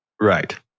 Right